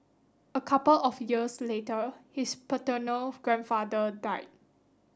a couple of years later his paternal grandfather died